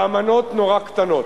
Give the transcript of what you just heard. והמנות נורא קטנות.